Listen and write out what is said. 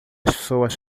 pessoas